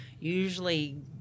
usually